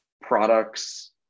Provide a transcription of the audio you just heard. products